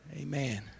Amen